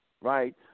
right